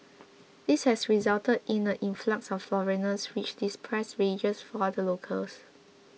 this has resulted in the influx of foreigners which depressed wages for the locals